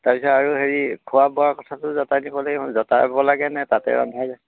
তাৰপিছত আৰু হেৰি খোৱা বোৱা কথাটো যতাই দিব লাগিব যতাব লাগেনে তাতে ৰন্ধা যায়